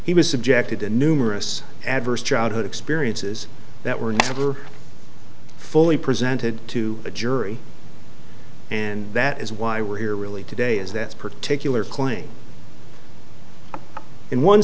he was subjected to numerous adverse childhood experiences that were never fully presented to a jury and that is why we're here really today is that particular